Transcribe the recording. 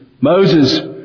Moses